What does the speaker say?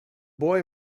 boy